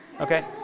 Okay